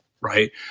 right